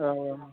औ औ